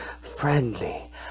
friendly